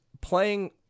playing